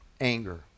anger